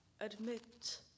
admit